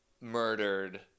murdered